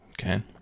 Okay